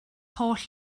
holl